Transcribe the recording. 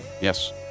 Yes